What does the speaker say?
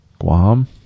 Guam